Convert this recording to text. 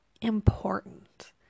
important